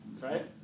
right